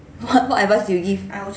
!huh! what advice did you give